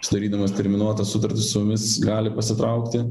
sudarydamas terminuotas sutartis su mumis gali pasitraukti